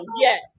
yes